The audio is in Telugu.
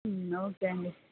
ఓకే అండి